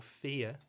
fear